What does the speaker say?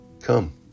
Come